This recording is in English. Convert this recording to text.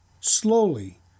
Slowly